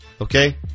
Okay